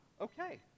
Okay